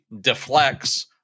deflects